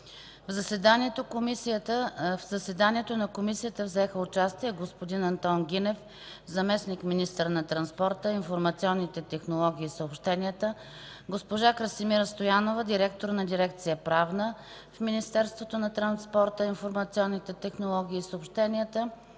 В заседанието на Комисията взеха участие господин Антон Гинев – заместник-министър на транспорта, информационните технологии и съобщенията, госпожа Красимира Стоянова – директор на дирекция „Правна” в Министерството на транспорта, информационните технологии и съобщенията,